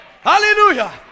hallelujah